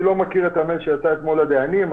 אני לא מכיר את המייל שיצא אתמול לדיינים.